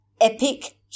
epic